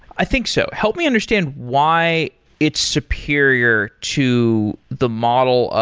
i think so. help me understand why it's superior to the model,